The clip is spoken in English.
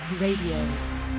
Radio